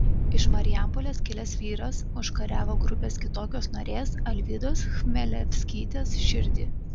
iš marijampolės kilęs vyras užkariavo grupės kitokios narės alvydos chmelevskytės širdį